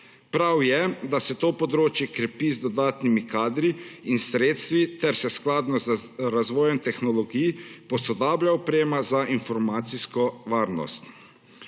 Prav je, da se to področje krepi z dodatnimi kadri in sredstvi ter se skladno z razvojem tehnologij posodablja oprema za informacijsko varnost.